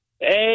Hey